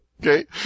okay